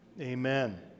Amen